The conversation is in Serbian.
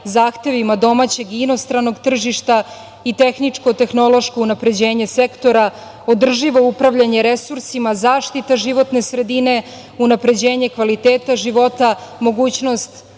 zahtevima domaćeg i inostranog tržišta i tehničko-tehnološko unapređenje sektora, održivo upravljanje resursima, zaštita životne sredine, unapređenje kvaliteta života, mogućnost